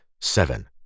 Seven